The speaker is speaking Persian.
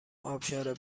ابشار